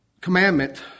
commandment